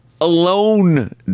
Alone